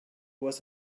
was